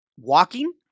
walking